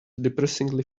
depressingly